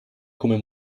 come